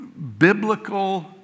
biblical